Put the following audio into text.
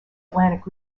atlantic